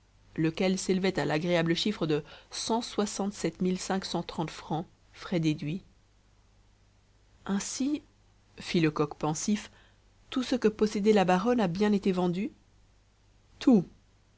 lequel s'élevait à l'agréable chiffre de cent soixante-sept mille cinq cent trente francs frais déduits ainsi fit lecoq pensif tout ce que possédait la baronne a bien été vendu tout